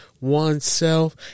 oneself